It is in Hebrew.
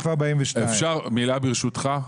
אפשר מילה בנושא הזה, ברשותך?